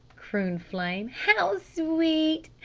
crooned flame. how sweet!